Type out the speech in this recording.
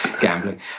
gambling